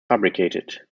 fabricated